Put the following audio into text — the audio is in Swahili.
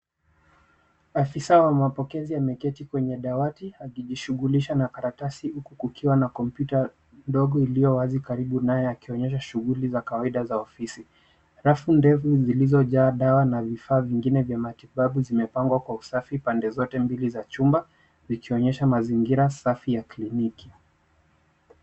Afisa wa mapokezi ameketi kwenye dawati akijishugulisha na karatasi kukiwa na kompyuta ndogo iliyowazi karibu naye akionyesha shuguli za kawaida za ofisi. Rafu ndefu zilizojaa dawa na vifaa vingine vya matibabu zimepangwa kwa usafi pande zote mbili za chumba zikionyesha mazingira safi ya kliniki.